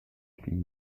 between